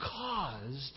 caused